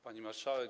Pani Marszałek!